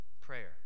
prayer